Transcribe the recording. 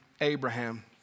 Abraham